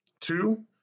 Two